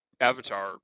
Avatar